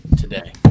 today